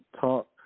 talk